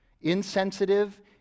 insensitive